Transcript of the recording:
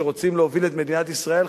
שרוצים להוביל את מדינת ישראל,